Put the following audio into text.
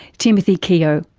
timothy keogh,